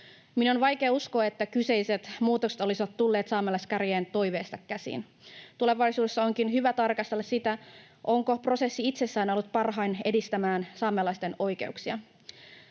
Minun on vaikea uskoa, että kyseiset muutokset olisivat tulleet saamelaiskäräjien toiveesta käsin. Tulevaisuudessa onkin hyvä tarkastella, onko prosessi itsessään ollut parhain edistämään saamelaisten oikeuksia.